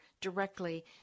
directly